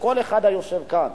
שכל אחד שיושב כאן,